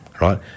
right